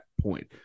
point